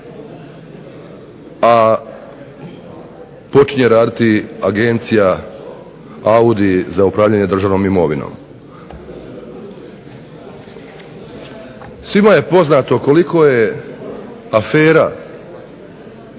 a počinje raditi Agencija AUDI za upravljanje državnom imovinom. Svima je poznato koliko je afera